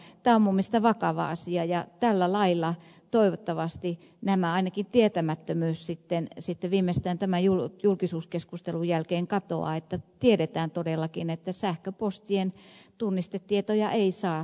tämä on minun mielestäni vakava asia ja tällä lailla toivottavasti ainakin tietämättömyys sitten viimeistään tämän julkisuuskeskustelun jälkeen katoaa niin että tiedetään todellakin että sähköpostien tunnistetietoja ei saa seurata